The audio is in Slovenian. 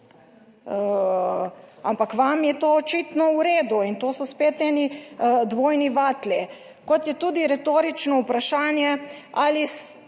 ampak vam je to očitno v redu, in to so spet eni dvojni vatli. Kot je tudi retorično vprašanje ali